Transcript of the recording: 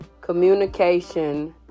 communication